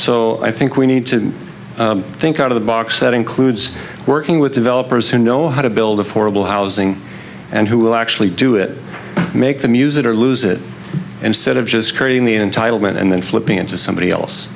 so i think we need to think out of the box that includes working with developers who know how to build affordable housing and who will actually do it make the music or lose it instead of just creating the entitlement and then flipping it to somebody else